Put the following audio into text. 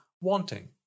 wanting